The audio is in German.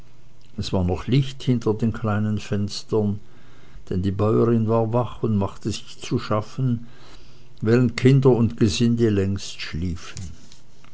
es war noch licht hinter den kleinen fenstern denn die bäuerin war wach und machte sich zu schaffen während kinder und gesinde längst schliefen